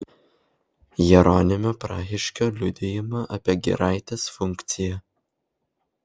jeronimo prahiškio liudijimą apie giraitės funkciją